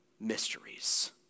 mysteries